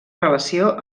relació